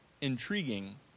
intriguing